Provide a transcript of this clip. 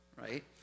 Right